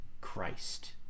Christ